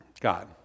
God